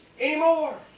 anymore